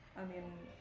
i mean,